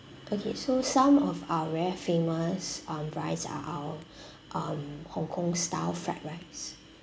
okay so some of our very famous um rice are our um Hong-Kong style fried rice